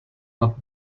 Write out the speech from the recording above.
not